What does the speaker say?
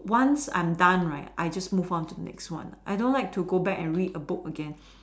once I'm done right I just move on to the next one I don't like to go back and read a book again